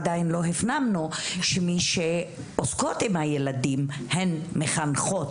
עדיין לא הפנמנו שמי שעוסקות עם הילדים הן מחנכות,